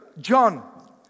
John